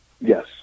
Yes